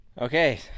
Okay